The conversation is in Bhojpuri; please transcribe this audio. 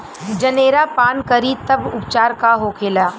जनेरा पान करी तब उपचार का होखेला?